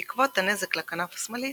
בעקבות הנזק לכנף השמאלית,